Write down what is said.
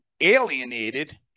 alienated